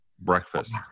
breakfast